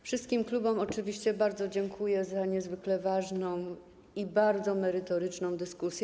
Wszystkim klubom oczywiście bardzo dziękuję za niezwykle ważną i bardzo merytoryczną dyskusję.